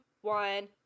one